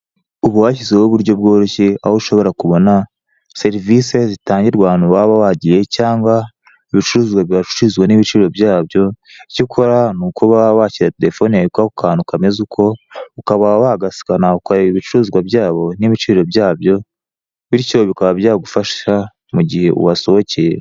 Ubu hashyizweho uburyo bworoshye aho ushobora kubona serivise zitangirwa ahantu waba wagiye cyangwa ibicuruzwa byacuruzwaga n'ibiciro byabyo icyo ukora ni ukuba washyira telefone yawe kuri ako kantu kameze uko, ukaba wagasikana ukareba ibicuruzwa byabo n'ibiciro byabyo bityo bikaba byagufasha mu gihe wahasohokeye.